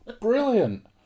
Brilliant